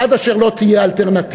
עד אשר לא תהיה אלטרנטיבה,